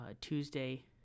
Tuesday